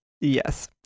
Yes